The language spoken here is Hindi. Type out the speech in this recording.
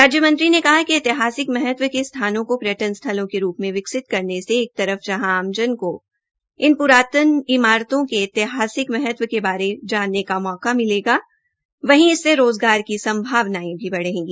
राज्यमंत्री ने कहा कि ऐतिहासिक महत्व के स्थानों को पर्यटन स्थलों के रूप में विकसित करने से एक तरफ जहां आमजन को इन पुरातन इमारतों के ऐतिहासिक महत्व के बारे में जानने का मौका मिलेगा और वहीं इससे रोजगार की संभावनाएं भी बढ़ेंगी